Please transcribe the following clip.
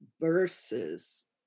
versus